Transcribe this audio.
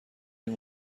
این